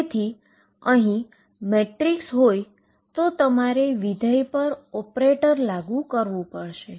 તેથી જો અહીં મેટ્રિક્સ હોય તો તમારે ફંક્શન પર ઓપરેટર લાગુ કરવું પડશે